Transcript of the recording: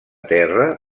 terra